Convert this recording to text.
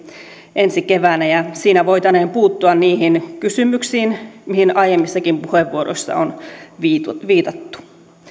ensi keväänä ja siinä voitaneen puuttua niihin kysymyksiin mihin aiemmissakin puheenvuoroissa on viitattu viitattu